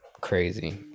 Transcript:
crazy